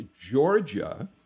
Georgia